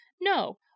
No